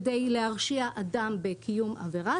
כדי להרשיע אדם בקיום עבירה,